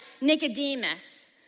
Nicodemus